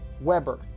Weber